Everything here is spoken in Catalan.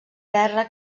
guerra